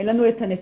אין לנו הנתונים,